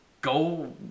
go